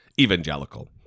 evangelical